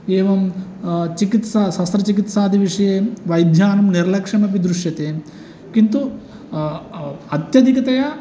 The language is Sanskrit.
एवं चिकित्सा सस्त्रचिकित्सादिविषये वैद्यान् निर्लक्ष्यमपि दृश्यते किन्तु अत्यधिकतया